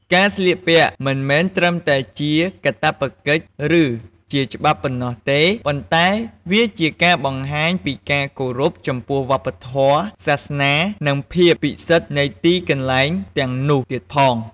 ការស្លៀកពាក់មិនមែនត្រឹមតែជាកាតព្វកិច្ចឬជាច្បាប់ប៉ុណ្ណោះទេ ប៉ុន្តែវាជាការបង្ហាញពី ការគោរពចំពោះវប្បធម៌ សាសនា និងភាពពិសិដ្ឋនៃទីកន្លែងទាំងនោះទៀតផង។